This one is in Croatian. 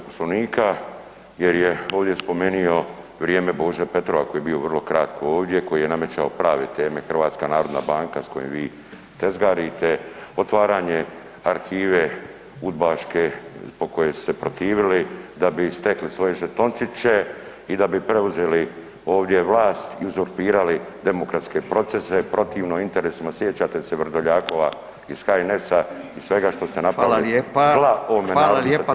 Poslovnika jer je ovdje spomenio vrijeme Bože Petrova koji je bio vrlo kratko ovdje koji je namećao prave teme HNB s kojom vi tezgarite, otvaranje arhive udbaške po kojoj su se protivili da bi stekli svoje žetončiće i da bi preuzeli ovdje vlast i uzurpirali demokratske procese protivno interesima sjećate se Vrdoljakova iz HNS-a i svega što ste napravili [[Upadica: Hvala lijepa, hvala lijepa.]] zla ovome narodu